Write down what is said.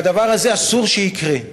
והדבר הזה, אסור שיקרה.